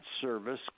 service